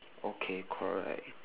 okay correct